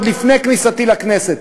עוד לפני כניסתי לכנסת,